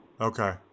Okay